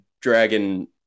dragon